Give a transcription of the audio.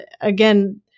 again